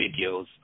videos